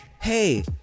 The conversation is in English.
hey